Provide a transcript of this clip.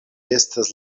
estas